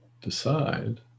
decide